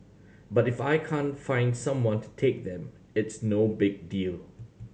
but if I can't find someone to take them it's no big deal